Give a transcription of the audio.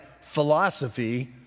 philosophy